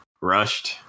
rushed